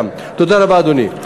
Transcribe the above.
תודה רבה, אדוני.